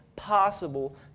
possible